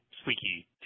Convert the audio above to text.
squeaky